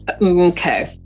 Okay